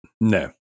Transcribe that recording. no